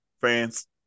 fans